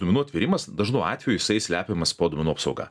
duomenų atvėrimas dažnu atveju jisai slepiamas po duomenų apsauga